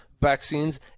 vaccines